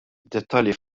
dettalji